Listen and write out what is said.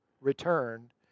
returned